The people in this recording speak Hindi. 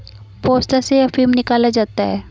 पोस्ता से अफीम निकाला जाता है